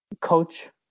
coach